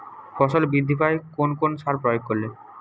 ফসল বৃদ্ধি পায় কোন কোন সার প্রয়োগ করলে?